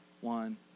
one